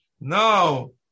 No